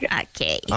okay